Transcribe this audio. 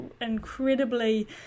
incredibly